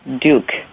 Duke